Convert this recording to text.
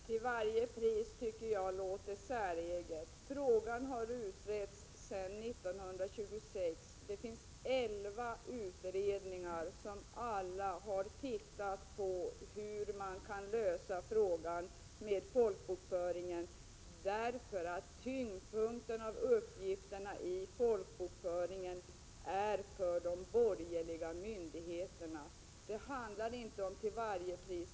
Herr talman! ”Till varje pris” tycker jag låter säreget. Frågan har utretts sedan 1924, och det finns elva utredningar som har tittat på hur man kan lösa frågan med folkbokföringen. Huvuddelen av uppgifterna i folkbokföringen är avsedda för de borgerliga myndigheterna. Det handlar inte om ”till varje pris”.